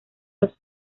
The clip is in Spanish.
los